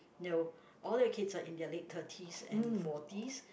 no all their kids are in their late thirties and forties